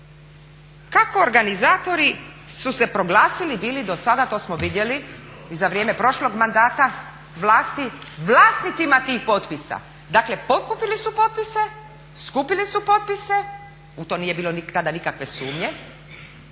kako organizatori su se proglasili bili do sada to smo vidjeli i za vrijeme prošlog mandata vlasti vlasnicima tih potpisa. Dakle, pokupili su potpise, skupili su potpise, u to nije bilo tada nikakve sumnje